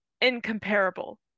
incomparable